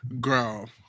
girl